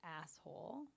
asshole